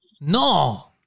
No